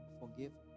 forgive